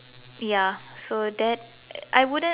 ya so that I wouldn't